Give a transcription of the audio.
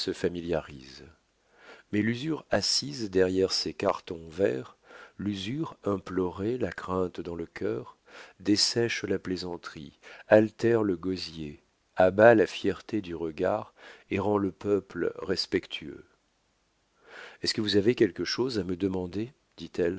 familiarise mais l'usure assise derrière ses cartons verts l'usure implorée la crainte dans le cœur dessèche la plaisanterie altère le gosier abat la fierté du regard et rend le peuple respectueux est-ce que vous avez quelque chose à me demander